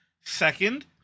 Second